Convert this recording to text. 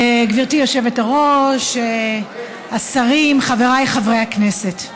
גברתי היושבת-ראש, השרים, חבריי חברי הכנסת,